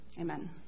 amen